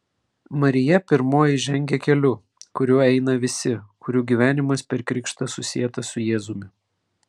marija pirmoji žengia keliu kuriuo eina visi kurių gyvenimas per krikštą susietas su jėzumi